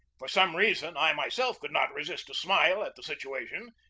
for some reason i myself could not resist a smile at the situation,